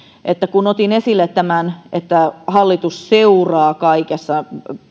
kun otin esille tämän että hallitus seuraa tätä kaikessa